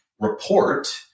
report